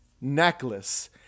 necklace